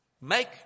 make